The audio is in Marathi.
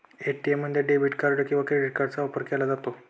ए.टी.एम मध्ये डेबिट किंवा क्रेडिट कार्डचा वापर केला जातो